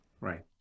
Right